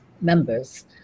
members